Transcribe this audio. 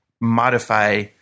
modify